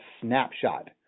snapshot